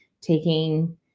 taking